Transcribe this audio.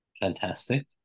fantastic